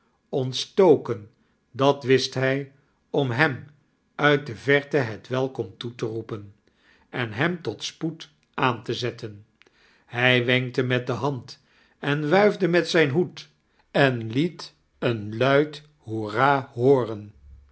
oatstoken dat wist hij om hem uit de verte het welkom toe te roepen en hem tot spoed aan te zetten hij wenkte met de hand en wuifde met zijn hoed en liet een luid hoara hooren